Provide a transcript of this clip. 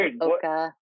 Oka